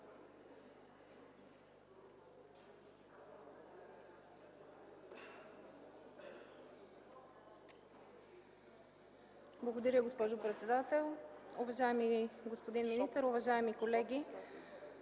Благодаря Ви, господин председател. Уважаеми господин министър, уважаеми дами